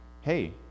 hey